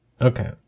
Okay